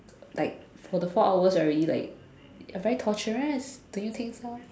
like for the four hours already like very torturous do you think so